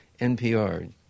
NPR